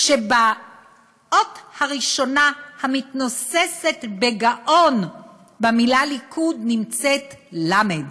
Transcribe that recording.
שהאות הראשונה המתנוססת בגאון במילה ליכוד היא למ"ד,